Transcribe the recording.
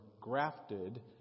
grafted